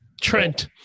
Trent